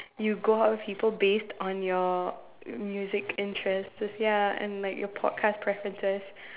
you go out with people based on your music interest so it's ya and like your podcast preferences